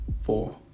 four